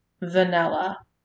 vanilla